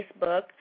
Facebook